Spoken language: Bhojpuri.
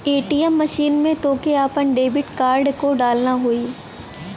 ए.टी.एम मशीन में तोहके आपन डेबिट कार्ड को डालना होई